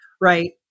right